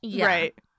Right